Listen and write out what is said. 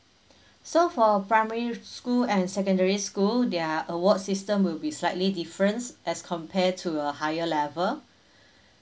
so for primary school and secondary school their awards system will be slightly difference as compare to a higher level